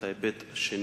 את ההיבט השני,